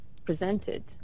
presented